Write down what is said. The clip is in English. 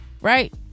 right